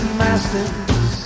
masters